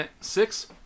six